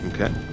Okay